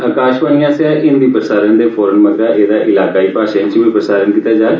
आकाशवाणी आसेआ हिंदी प्रसारण दे फौरन मगरा एह्दा इलाकाई भाषाएं च बी प्रसारण कीता जाग